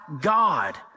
God